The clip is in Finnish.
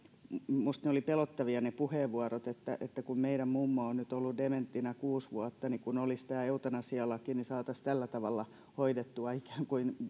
minusta ne puheenvuorot olivat pelottavia että kun meidän mummo on nyt ollut dementtinä kuusi vuotta niin kun olisi tämä eutanasialaki niin saataisiin tällä tavalla hoidettua ikään kuin